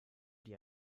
die